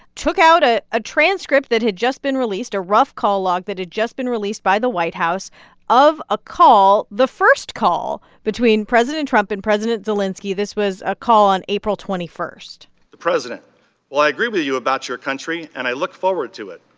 took out a a transcript that had just been released, a rough call log that had just been released by the white house of a call the first call between president trump and president zelenskiy. this was a call on april twenty one point the president well, i agree with you you about your country, and i look forward to it.